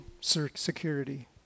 security